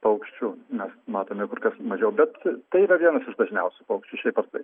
paukščių mes matome kur kas mažiau bet tai yra vienas dažniausių paukščių šiaip ar taip